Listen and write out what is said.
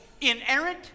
inerrant